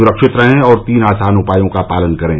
सुरक्षित रहें और तीन आसान उपायों का पालन करें